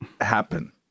happen